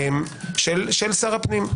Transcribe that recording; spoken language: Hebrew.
של שר הפנים,